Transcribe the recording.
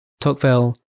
Tocqueville